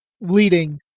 leading